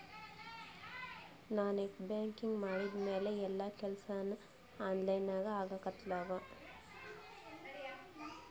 ನಾ net banking ಮಾಡಿದ್ಮ್ಯಾಲ ಎಲ್ಲಾ ಕೆಲ್ಸಾ ಆನ್ಲೈನಾಗೇ ಆಗ್ಲಿಕತ್ತಾವ